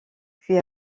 puis